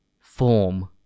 form